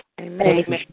Amen